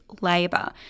labour